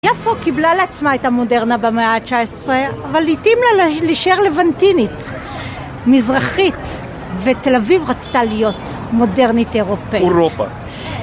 יפו קיבלה לעצמה את המודרנה במאה ה-19 אבל התאים לה להישאר לבנטינית מזרחית ותל אביב רצתה להיות מודרנית אירופאית אורופה